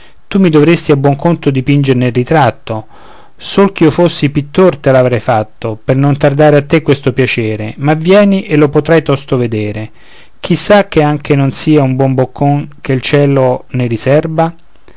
tu mi dovresti a buon conto dipingerne il ritratto sol ch'io fossi pittor te l'avrei fatto per non tardare a te questo piacere ma vieni e lo potrai tosto vedere chi sa che anche non sia un buon boccon che il cielo ne riserba